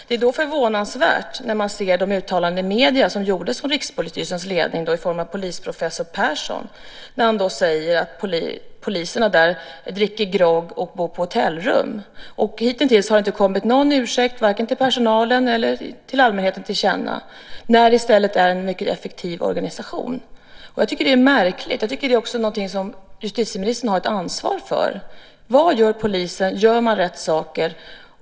Det är därför förvånansvärt att se de uttalanden i medierna som gjorts av Rikspolisstyrelsens ledning i form av polisprofessor Persson där han säger att poliserna dricker grogg och bor på hotellrum. Hitintills har inte någon ursäkt kommit vare sig personalen eller allmänheten till del fastän det i stället är en mycket effektiv organisation. Jag tycker att det är märkligt. Det är något som också justitieministern har ett ansvar för. Vad gör polisen? Gör den rätt saker?